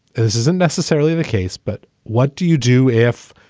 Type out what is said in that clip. this isn't necessarily the case, but what do you do if.